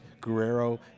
Guerrero